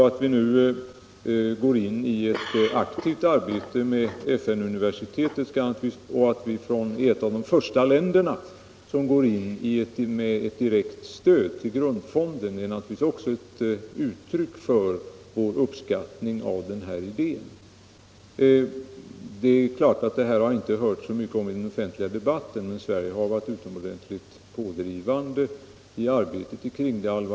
Att vi nu går in i ett aktivt arbete för FN-universitetet och att vi är ett av de första länder som lämnar ett direkt stöd till grundfonden är naturligtvis också ett uttryck för vår uppskattning av denna idé. Det är klart att det inte har hörts så mycket om detta i den offentliga debatten. Men Sverige har varit utomordentligt pådrivande i arbetet kring universitetet.